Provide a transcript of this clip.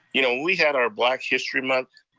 you know we had our black history month